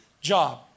job